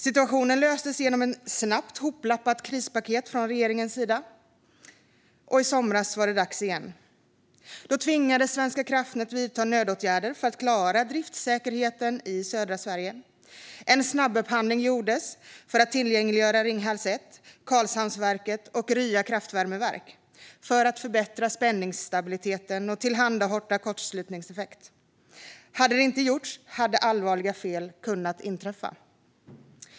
Situationen löstes genom ett snabbt hoplappat krispaket från regeringens sida. I somras var det dags igen. Då tvingades Svenska kraftnät vidta nödåtgärder för att klara driftssäkerheten i södra Sverige. En snabbupphandling gjordes för att tillgängliggöra Ringhals 1, Karlhamnsverket och Rya kraftvärmeverk, för att förbättra spänningsstabiliteten och tillhandahålla kortslutningseffekt. Hade det inte gjorts hade allvarliga fel kunnat inträffa.